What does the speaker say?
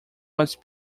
was